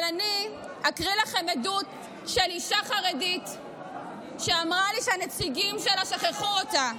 אבל אני אקריא לכם עדות של אישה חרדית שאמרה לי שהנציגים שלה שכחו אותה.